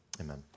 Amen